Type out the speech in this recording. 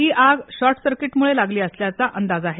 ही आगशॉर्टसर्किटमुळे लागली असल्याचा अंदाज आहे